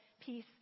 peace